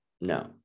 No